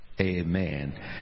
Amen